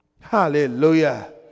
Hallelujah